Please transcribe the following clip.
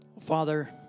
Father